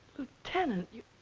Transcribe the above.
lieutenant, you.